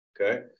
Okay